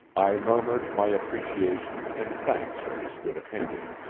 i murmured my appreciation and thanks for his good opinion.